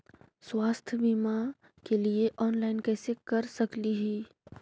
स्वास्थ्य बीमा के लिए ऑनलाइन कैसे कर सकली ही?